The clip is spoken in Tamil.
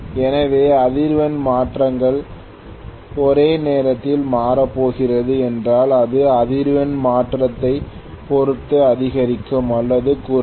எனவே அதிர்வெண் மாற்றங்கள் ஒரே நேரத்தில் மாறப்போகிறது என்றால் இது அதிர்வெண் மாற்றத்தைப் பொறுத்து அதிகரிக்கும் அல்லது குறையும்